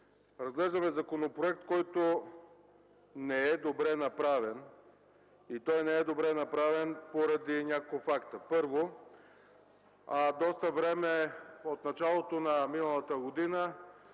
Разглеждаме законопроект, който не е добре направен, и не е добре направен поради няколко факта. Първо, доста време – от началото на миналата година,